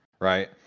right